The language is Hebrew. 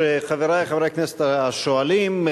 חברי חברי הכנסת השואלים,